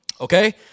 Okay